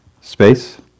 Space